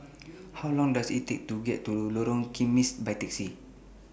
How Long Does IT Take to get to Lorong Kismis By Taxi